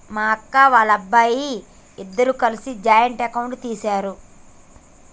మా అక్క, వాళ్ళబ్బాయి ఇద్దరూ కలిసి జాయింట్ అకౌంట్ ని తీశారు